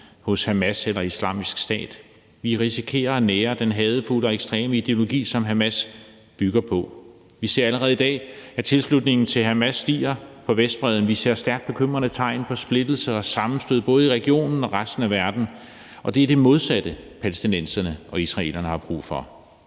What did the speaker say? hos Hamas eller Islamisk Stat. Vi risikerer at nære den hadefulde og ekstreme ideologi, som Hamas bygger på. Vi ser allerede i dag, at tilslutningen til Hamas stiger på Vestbredden. Vi ser stærkt bekymrende tegn på splittelse og sammenstød, både i regionen og i resten af verden, og det er det modsatte, palæstinenserne og israelerne har brug for.